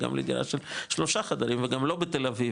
גם לדירה של שלושה חדרים וגם לא בתל אביב,